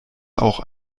auch